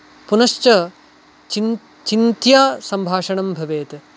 पुनश्च चिं चिन्त्य सम्भाषणं भवेत्